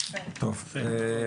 טוב,